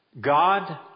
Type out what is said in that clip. God